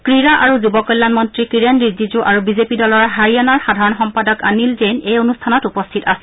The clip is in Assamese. ক্ৰীডা আৰু যুৱ কল্যাণ মন্ত্ৰী কিৰেণ ৰিজিজু আৰু বিজেপি দলৰ হাৰিয়ানাৰ সাধাৰণ সম্পাদক অনীল জৈন এই অনুষ্ঠানত উপস্থিত আছিল